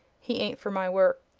he ain't for my work.